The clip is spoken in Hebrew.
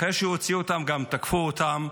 אחרי שהוציאו אותם, גם תקפו אותם.